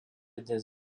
dnes